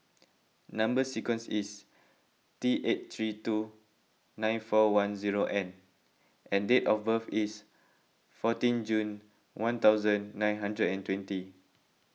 Number Sequence is T eight three two nine four one zero N and date of birth is fourteen June one thousand nine hundred and twenty